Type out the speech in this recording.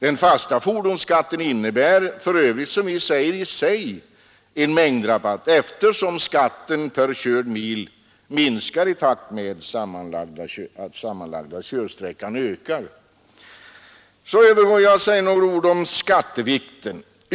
Den fasta fordonsskatten innebär för övrigt som vi säger i sig en mängdrabatt, eftersom skatten per körd mil minskar i takt med att den sammanlagda körsträckan ökar. Så vill jag säga några ord om skattevikten.